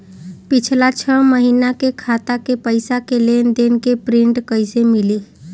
पिछला छह महीना के खाता के पइसा के लेन देन के प्रींट कइसे मिली?